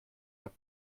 der